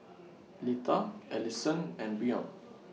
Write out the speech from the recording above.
Litha Alison and Brion